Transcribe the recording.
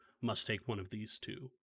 must-take-one-of-these-two